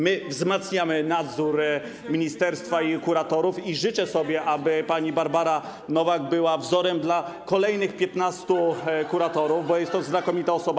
My wzmacniamy nadzór ministerstwa i kuratorów i życzę sobie, aby pani Barbara Nowak była wzorem dla kolejnych 15 kuratorów, bo jest to znakomita osoba.